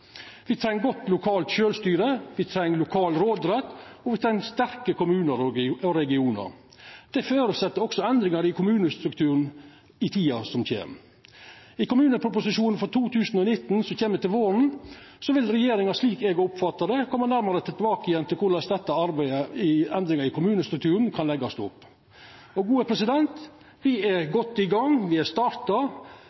treng godt lokalt sjølvstyre, me treng lokal råderett, og me treng sterke kommunar og regionar. Det føreset også endringar i kommunestrukturen i tida som kjem. I kommuneproposisjonen for 2019, som kjem til våren, vil regjeringa, slik eg har oppfatta det, koma nærmare tilbake til korleis arbeidet med endringar i kommunestrukturen kan leggjast opp. Me er godt i gang, me har starta, men dette er